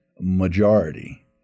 majority